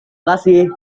kasih